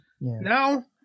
Now